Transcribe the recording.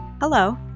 Hello